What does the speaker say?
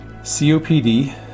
COPD